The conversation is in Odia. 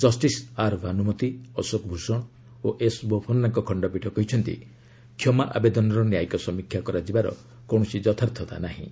ଜଷ୍ଟିସ୍ ଆର୍ ଭାନୁମତି ଅଶୋକ ଭ୍ଷଣ ଓ ଏସ୍ ବୋପନ୍ନାଙ୍କ ଖଣ୍ଡପୀଠ କହିଛନ୍ତି କ୍ଷମା ଆବେଦନର ନ୍ୟାୟିକ ସମୀକ୍ଷା କରାଯିବାର କୌଣସି ଯଥାର୍ଥତା ନାହିଁ